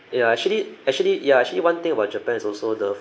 ya actually actually ya actually one thing about japan is also the